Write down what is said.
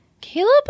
Caleb